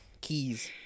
Keys